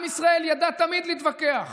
עם ישראל ידע תמיד להתווכח